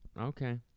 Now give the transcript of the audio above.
Okay